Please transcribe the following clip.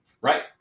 Right